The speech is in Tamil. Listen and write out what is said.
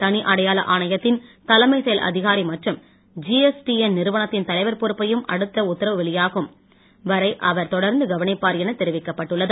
தனி அடையாள ஆணையத்தின் தலைமை செயல் அதிகாரி மற்றும் ஜிஎஸ்டிஎன் நிறுவனத்தின் தலைவர் பொறுப்பையும் அடுத்த உத்தரவு வெளியாகும் வரை அவர் தொடர்ந்து கவனிப்பார் என அறிவிக்கப்பட்டுள்ளது